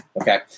Okay